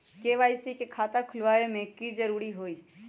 KYC के खाता खुलवा में की जरूरी होई?